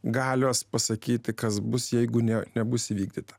galios pasakyti kas bus jeigu ne nebus įvykdyta